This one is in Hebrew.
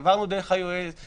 עברנו דרך היועץ,